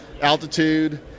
Altitude